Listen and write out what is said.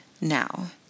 now